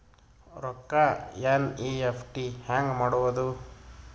ರೊಕ್ಕ ಎನ್.ಇ.ಎಫ್.ಟಿ ಹ್ಯಾಂಗ್ ಮಾಡುವುದು?